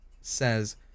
says